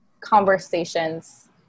conversations